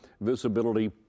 visibility